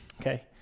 Okay